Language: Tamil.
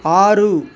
ஆறு